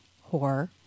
horror